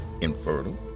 infertile